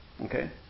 okay